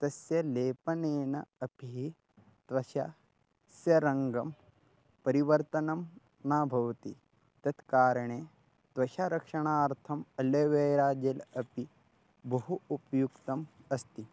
तस्य लेपनेन अपि त्वचः रङ्गपरिवर्तनं न भवति तत्कारणे त्वचरक्षणार्थम् अल्ल्वेरा जेल् अपि बहु उपयुक्तम् अस्ति